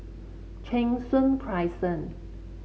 Cheng Soon Crescent